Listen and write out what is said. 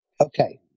Okay